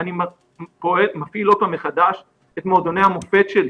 אני מפעיל מחדש את מועדוני המופת שלי.